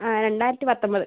ആ രണ്ടായിരത്തി പത്തൊമ്പത്